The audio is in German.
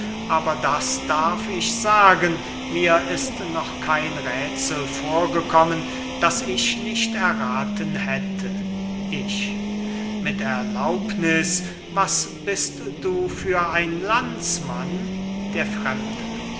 aber das darf ich sagen mir ist noch kein räthsel vorgekommen das ich nicht errathen hätte ich mit erlaubniß was bist du für ein landsmann der fremde